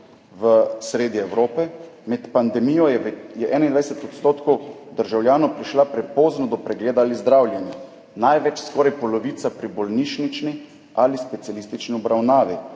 sredi Evrope – med pandemijo je 21 % državljanov prišlo prepozno do pregleda ali zdravljenja, največ, skoraj polovica, pri bolnišnični ali specialistični obravnavi.